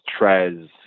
Trez